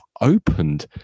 opened